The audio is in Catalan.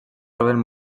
troben